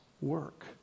work